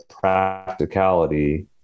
practicality